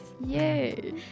yay